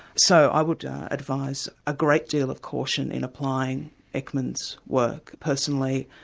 so i would advise a great deal of caution in applying ekman's work. personally,